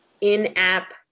in-app